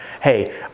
hey